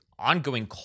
ongoing